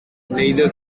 neither